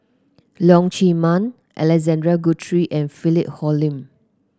Leong Chee Mun Alexander Guthrie and Philip Hoalim